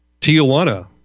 Tijuana